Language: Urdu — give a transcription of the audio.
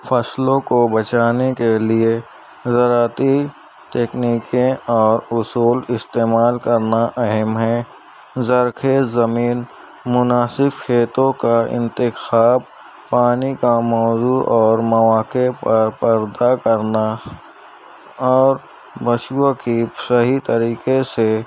فصلوں کو بچانے کے لیے زراعتی تکنیکیں اور اصول استعمال کرنا اہم ہے زرخیز زمین مناسب کھیتوں کا انتخاب پانی کا موزوں اور مواقع پر پردہ کرنا اور پشوؤں کی صحیح طریقے سے